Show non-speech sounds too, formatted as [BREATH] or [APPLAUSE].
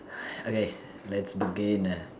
[BREATH] okay let's begin